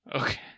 Okay